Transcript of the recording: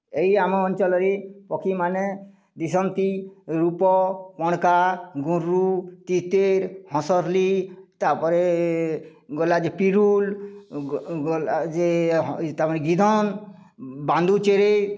ଏଇ ଆମ ଅଞ୍ଚଳରେ ପକ୍ଷୀମାନେ ଦିଶନ୍ତି ରୂପ ମଣ୍କା ଗୁରୁ ତିତିର୍ ହଂସଲି ତା'ପରେ ଗଲା ଯେ ପିରୁଲ୍ ଗଲା ଯେ ତାମାନେ ଗିଧନ୍ ବାଣ୍ଡୁଚେରି